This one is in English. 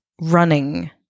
running